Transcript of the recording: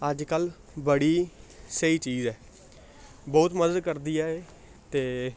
अजकल्ल बड़ी स्हेई चीज ऐ ब्हौत मदद करदी ऐ एह् ते